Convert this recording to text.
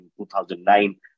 2009